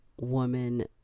woman